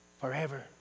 forever